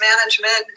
management